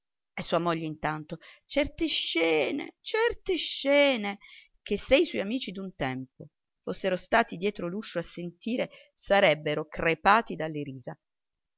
e sua moglie intanto certe scene certe scene che se i suoi amici d'un tempo fossero stati dietro l'uscio a sentire sarebbero crepati dalle risa